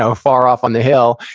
so far off on the hill,